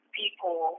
people